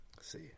see